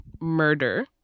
murder